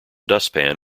dustpan